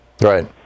Right